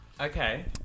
Okay